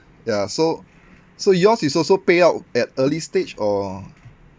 ya so so yours is also payout at early stage or